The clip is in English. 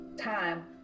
time